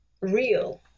real